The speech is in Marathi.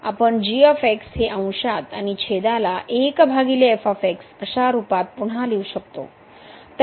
आपण हे अंशात आणि अशा रूपात पुन्हा लिहू शकतो